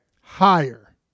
higher